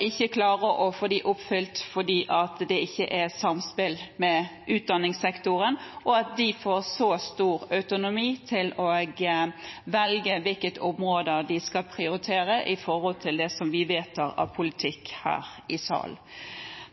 ikke klarer å få dem oppfylt fordi det ikke er samspill med utdanningssektoren – at den får så stor autonomi til å velge hvilke områder den skal prioritere, i forhold til det som vi vedtar av politikk her i salen.